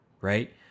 right